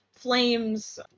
flames